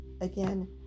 again